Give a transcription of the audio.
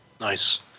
Nice